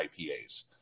IPAs